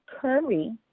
Curry